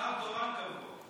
שר תורן קבוע.